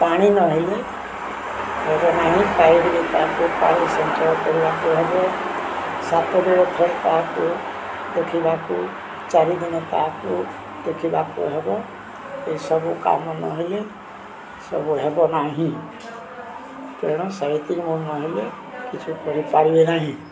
ପାଣି ନହେଲେ ହେବ ନାହିଁ ତାକୁ ପାଣି କରିବାକୁ ହେବ ସାତ ଦିନରେ ଥରେ ତାହାକୁ ଦେଖିବାକୁ ଚାରି ଦିନ ତାହାକୁ ଦେଖିବାକୁ ହେବ ଏସବୁ କାମ ନହେଲେ ସବୁ ହେବ ନାହିଁ ତେଣୁ ସାଇତି ମନ ନହଲେ କିଛି କରିପାରିବେ ନାହିଁ